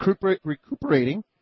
recuperating